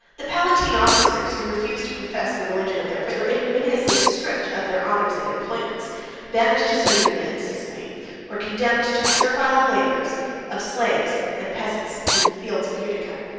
the palatine officers, who refused to profess the religion of their prince, were ignominiously stripped of their honors and employments banished to sardinia and sicily or condemned to the servile labors of slaves and peasants in the fields of utica.